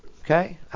Okay